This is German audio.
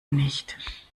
nicht